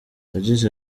yagize